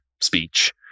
speech